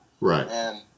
right